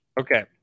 Okay